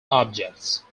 objects